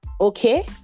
Okay